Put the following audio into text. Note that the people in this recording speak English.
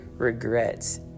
regrets